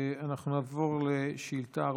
אנחנו נעבור לשאילתה מס'